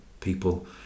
people